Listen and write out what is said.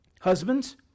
Husbands